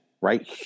right